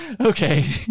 Okay